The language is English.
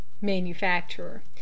Manufacturer